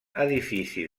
edifici